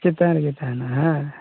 ᱪᱮᱛᱟᱱ ᱨᱮᱜᱮ ᱛᱟᱦᱮᱱᱟ ᱦᱮᱸ